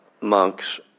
monks